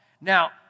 Now